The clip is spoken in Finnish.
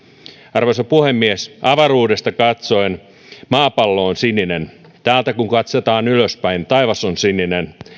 arvoisa puhemies avaruudesta katsoen maapallo on sininen täältä kun katsotaan ylöspäin taivas on sininen